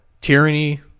Tyranny